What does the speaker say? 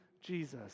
Jesus